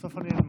בסוף אני אלמד.